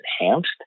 enhanced